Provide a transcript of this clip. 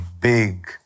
big